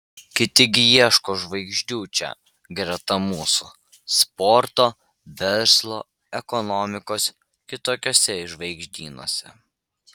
kiti gi ieško žvaigždžių čia greta mūsų sporto verslo ekonomikos kitokiuose žvaigždynuose